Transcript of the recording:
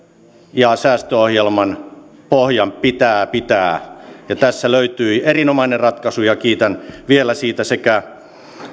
ja säästöohjelman pohjan pitää pitää tässä löytyi erinomainen ratkaisu ja kiitän vielä siitä sekä